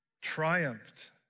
triumphed